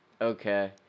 Okay